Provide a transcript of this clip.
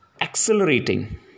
accelerating